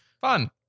Fun